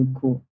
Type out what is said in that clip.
cool